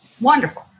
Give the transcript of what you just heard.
wonderful